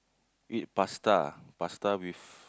you eat pasta pasta with